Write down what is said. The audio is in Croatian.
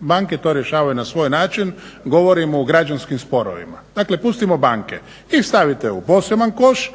banke to rješavaju na svoj način, govorimo o građanskim sporovima. Dakle, pustimo banke. Njih stavite u poseban koš.